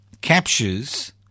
captures